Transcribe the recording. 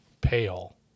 pale